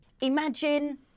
Imagine